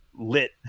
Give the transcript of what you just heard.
lit